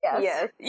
Yes